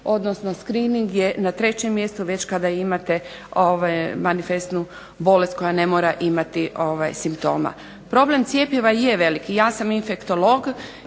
odnosno screening je na trećem mjestu već kada imate ovu manifestnu bolest koja ne mora imati simptoma. Problem cjepiva je velik, ja sam infektolog